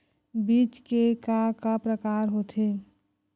बीज के का का प्रकार होथे?